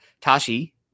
tashi